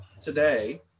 today